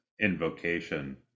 invocation